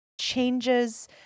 changes